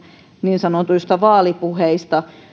niin sanotuista vaalipuheista